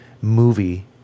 movie